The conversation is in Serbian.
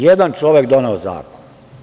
Jedan čovek doneo zakon.